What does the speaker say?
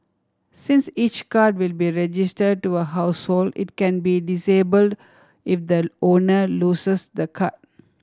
since each card will be registered to a household it can be disabled if the owner loses the card